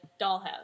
Dollhouse